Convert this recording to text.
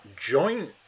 joint